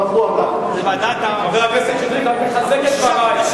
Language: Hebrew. חבר הכנסת שטרית רק מחזק את דברי.